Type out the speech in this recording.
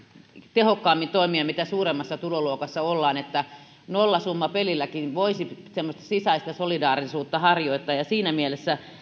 tehokkaammin toimia mitä suuremmassa tuloluokassa ollaan eli nollasummapelilläkin voisi semmoista sisäistä solidaarisuutta harjoittaa siinä mielessä jaan